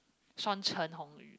Shawn Chen-Hong-Yu